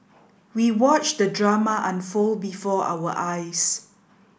we watched the drama unfold before our eyes